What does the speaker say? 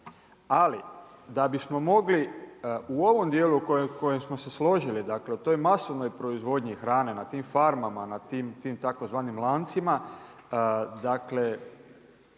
Ali da bismo mogli u ovom djelu u kojem smo se složili dakle, u toj masovnoj proizvodnji hrane, na tim farmama, na tim tzv. lancima